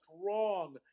strong